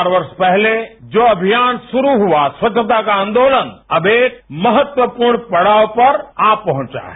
चार वर्ष पहले जो अभियान शुरू हुआ स्वच्छता का आन्दोलन अब एक महत्वापूर्ण पड़ाव पर आ पहुंचा है